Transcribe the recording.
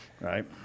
right